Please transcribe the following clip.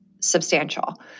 substantial